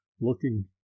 looking